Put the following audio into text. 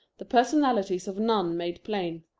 the personalities of none made plain.